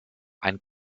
ein